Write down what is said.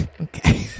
Okay